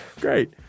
great